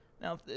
Now